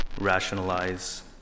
rationalize